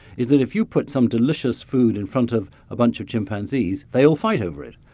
is that if you put some delicious food in front of a bunch of chimpanzees, they all fight over it.